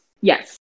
yes